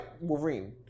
Wolverine